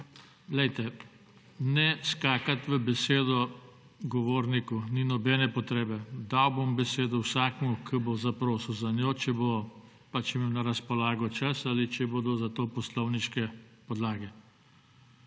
ne skakati v besedo govorniku. Ni nobene potrebe. Dal bom besedo vsakemu, ki bo zaprosil za njo, če bo imel na razpolago čas ali če bodo za to poslovniške podlage.